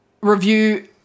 review